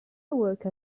awoke